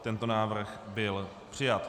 Tento návrh byl přijat.